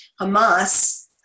Hamas